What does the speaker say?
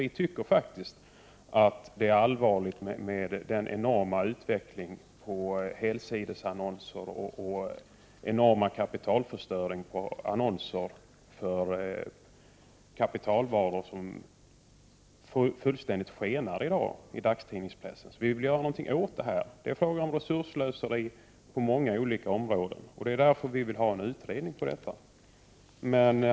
Vi tycker faktiskt att det är allvarligt med den enorma utvecklingen när det gäller helsidesannonser och den enorma kapitalförstöringen på annonser för kapitalvaror som fullständigt skenar i dagspressen. Vi vill göra någonting åt det. Det är resursslöseri i många olika avseenden. Därför vill vi ha en utredning.